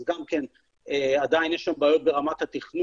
אז גם כן עדיין יש שם בעיות ברמת התכנון,